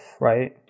right